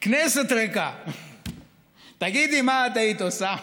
כנסת ריקה, תגידי, מה את היית עושה?